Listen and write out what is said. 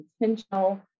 intentional